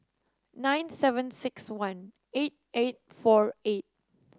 nine seven six one eight eight four eight